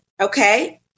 okay